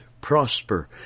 prosper